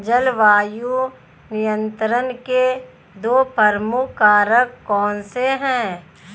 जलवायु नियंत्रण के दो प्रमुख कारक कौन से हैं?